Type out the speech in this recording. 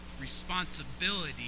responsibility